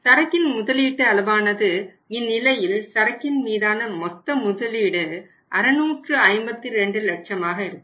சரக்கின் முதலீட்டு அளவானது இந்நிலையில் சரக்கின் மீதான மொத்த முதலீடு 652 லட்சமாக இருக்கும்